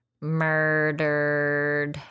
murdered